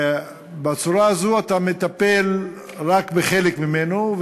בצורה הזאת אתה מטפל רק בחלק ממנו,